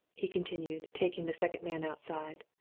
he continued, taking the second man outside.